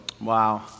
Wow